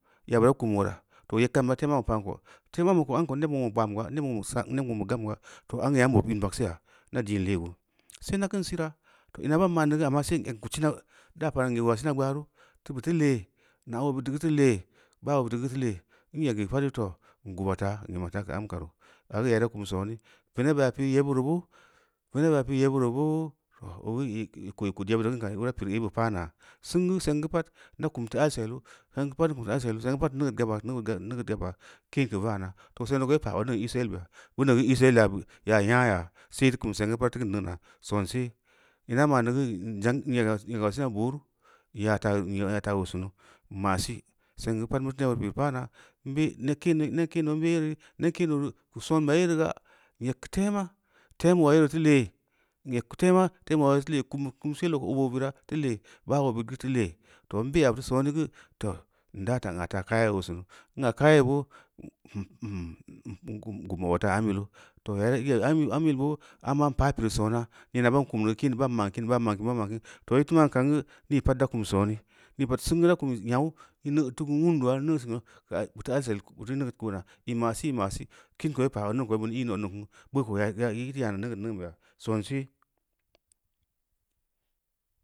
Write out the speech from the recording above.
Yabura kum uleura, too yeb keum teu teu ambeu pa’n ko teu ambu ko n ned uelang bu ban bu ga, n neb nuong bu geu ga, too ammu geu bu pi’n vagseu yaa, na diin lee gu see na kin sira too ina bom ma’n neu geu amma sel egn kud sina, daa pa’n ī’ u ula sina gbaana, buteu tee, na’oo bid iteeu geu teu lee? Baa oo bid deu geu teu lee, n egeu pad geu too n guba taa n emma taa geu am kanu, ageu ya īra kun sooni, veneb yaa pi’ ī yebu reu boo, veneb yaa pī’ī yebureu boo too ogeu ko i kud yebira kin kani boo ira pireu eibeu paa naa, singu seng geu pad, n da kuwu teu alseda, seng geu pad n da kum alsedu, seng geu pad n da neugeud gaba, seng geu pad neugeud guba, keen keu valma, too seng neu boo ī pa’a odningn ī’sel beya, beuneu geu ī’sel yaa nyaa ya, see too kum songeu pad īra kin neu’nua spnsel, ina ma’n neu geu n zongin ega sina booru, ngaa taa oo sinu n ma si, seng geu pad mudau pileu paa naa n be nud kendo, ned kendo n be yoreu, neb kendo reu geu soonbeya yeran ga, n eg tema, tamo ula yere teu lee, n eg tema temo ula yere teu lee kumsil geu oboo bira teu lel baa oo bid geu teu lee, too n be’ya teu sooni geu, too n daa ta, n a’ taa kaya oo sinu, n a’ kayai boo, n gubm au tua taa am yilu too yaa ī, am yil boo amma n paa pireu soona, neena ban kummi bam ma’n kim bam mea’n kim, bam ma’n kim, too, iteu ma’n kan geu nii pad da kum sooni, nii pad da kum singu ngau ī neu teu kun wundu neusila, bi teu alsil, bu teu neugeud ko’naa, ī ma’ sī, io odningn kuu, beuko yai neugeud ueu’n beya sonsee.